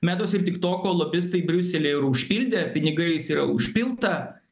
metos ir tiktoko lobistai briuselį yra užpildę pinigais yra užpilta